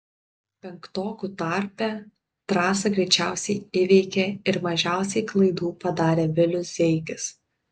penktokų tarpe trasą greičiausiai įveikė ir mažiausiai klaidų padarė vilius zeigis